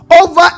over